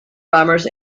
bombers